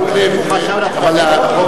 חוק